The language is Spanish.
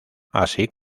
así